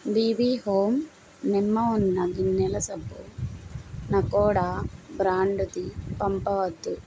BB హోమ్ నిమ్మ ఉన్న గిన్నెల సబ్బు నకోడా బ్రాండ్ది పంపవద్దు